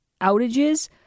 outages